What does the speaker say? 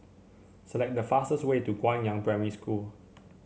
select the fastest way to Guangyang Primary School